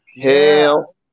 Hell